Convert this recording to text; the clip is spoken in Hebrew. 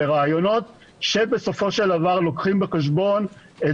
ברעיונות שבסופו של דבר לוקחים בחשבון את